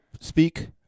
speak